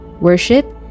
Worship